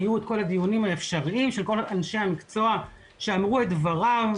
היו את כל הדיונים האפשריים של כל אנשי המקצוע שאמרו את דברם,